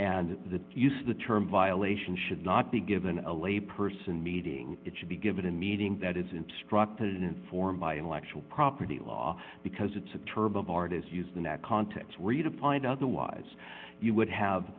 the use the term violation should not be given a lay person meeting it should be given a meeting that is instructed informed by intellectual property law because it's a term of art is used in that context redefined otherwise you would have